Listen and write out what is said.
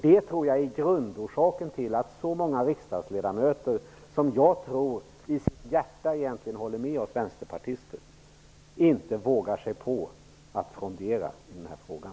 Det tror jag är grundorsaken till att så många riksdagsledamöter, som jag tror i sitt hjärta egentligen håller med oss vänsterpartister, inte vågar sig på att frondera i den här frågan.